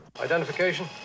Identification